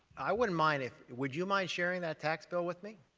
i wouldn't mind if would you mind sharing that tax bill with me?